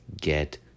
get